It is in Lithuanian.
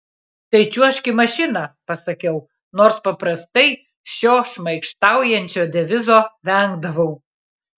tai čiuožk į mašiną pasakiau nors paprastai šio šmaikštaujančio devizo vengdavau